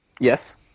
Yes